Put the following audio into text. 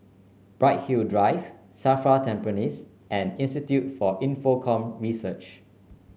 Bright Hill Drive Safra Tampines and Institute for Infocomm Research